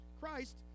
Christ